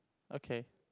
okay